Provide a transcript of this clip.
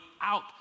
out